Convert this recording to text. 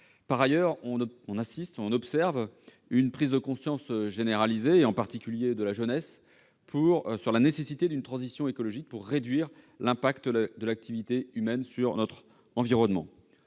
Par ailleurs, on assiste à une prise de conscience généralisée, en particulier de la jeunesse, sur la nécessité d'une transition écologique pour réduire l'impact de l'activité humaine sur notre environnement.